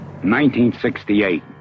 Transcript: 1968